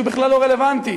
הוא בכלל לא רלוונטי,